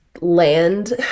land